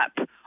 up